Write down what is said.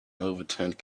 overturned